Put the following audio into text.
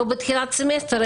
לא בתחילת סמסטר,